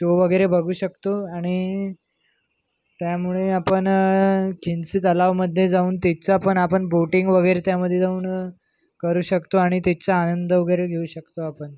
show वगैरे बघू शकतो आणि त्यामुळे आपण किन्सी तलावमध्ये जाऊन त्याचा पण आपण बोटिंग वगैरे त्यामध्ये जाऊन करू शकतो आणि त्याचा आनंद वगैरे घेऊ शकतो आपण